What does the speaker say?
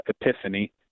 Epiphany